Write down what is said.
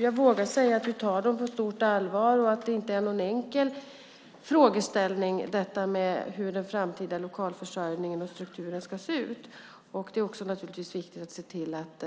Jag vågar säga att vi tar detta på stort allvar och att detta med den framtida lokalförsörjningen och strukturen inte är någon enkel fråga. Det är naturligtvis också viktigt att se till att